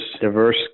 diverse